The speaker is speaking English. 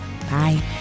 Bye